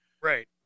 Right